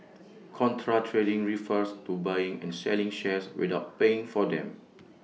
contra trading refers to buying and selling shares without paying for them